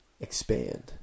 expand